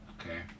okay